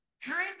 drink